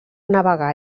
navegar